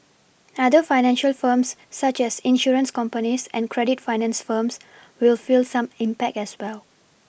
other financial firms such as insurance companies and credit finance firms will feel some impact as well